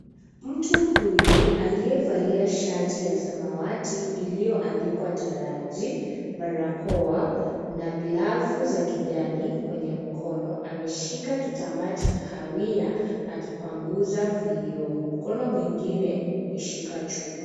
Mtu huyu aliyevalia shati ya samawati iliyoandikwa taraji, barakoa na glavu za kijani kwenye mkono ameshika kitambaa cha kahawia akipanguza vioo. Mkono mwingine umeshika chupa.